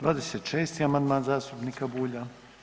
26. amandman zastupnika Bulja.